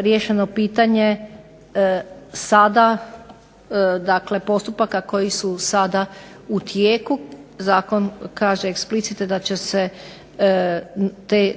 riješeno pitanje sada postupaka, koji su sada u tijeku Zakon kaže eksplicite da će se